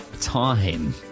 time